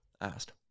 Asked